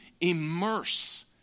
immerse